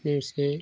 जैसे